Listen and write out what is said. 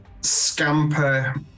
scamper